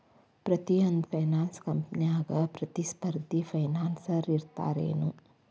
ಪ್ರತಿಯೊಂದ್ ಫೈನಾನ್ಸ ಕಂಪ್ನ್ಯಾಗ ಪ್ರತಿಸ್ಪರ್ಧಿ ಫೈನಾನ್ಸರ್ ಇರ್ತಾರೆನು?